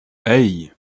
hey